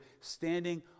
standing